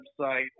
website